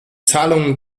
zahlungen